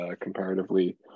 comparatively